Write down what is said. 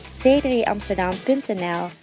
c3amsterdam.nl